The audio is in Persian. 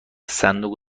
صندوق